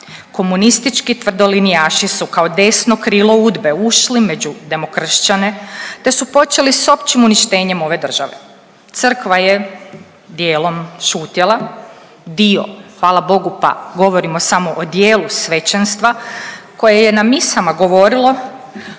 Komunistički tvrdolinijaši su kao desno krilo UDBA-e ušli među demokršćane, te su počeli sa općim uništenjem ove države. Crkva je dijelom šutjela, dio hvala bogu pa govorimo samo o dijelu svećenstva koje je na misama govorilo